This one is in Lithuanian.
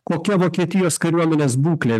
kokia vokietijos kariuomenės būklė